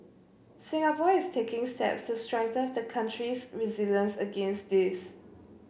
Singapore is taking steps to strengthen the country's resilience against this